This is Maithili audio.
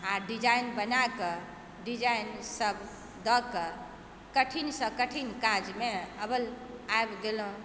आओर डिजाइन बनाकऽ डिजाइन सब दऽ कऽ कठिन सँ कठिन काजमे अब्बल आबि गेलहुँ